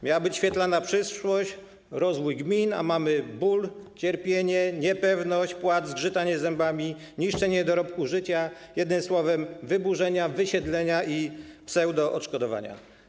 Miała być świetlana przyszłość, rozwój gmin, a mamy ból, cierpienie, niepewność, płacz, zgrzytanie zębami, niszczenie dorobku życia, jednym słowem, wyburzenia, wysiedlenia i pseudoodszkodowania.